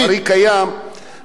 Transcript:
אתה לא מחייב אותו להפריש.